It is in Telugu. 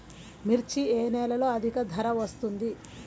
మిర్చి ఏ నెలలో అధిక ధర వస్తుంది?